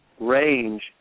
range